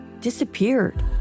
disappeared